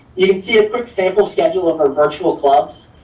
you can see a quick sample schedule of our virtual clubs.